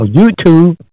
YouTube